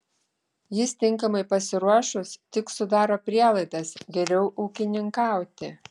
jis tinkamai pasiruošus tik sudaro prielaidas geriau ūkininkauti